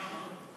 למה?